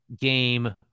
game